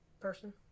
person